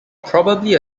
probably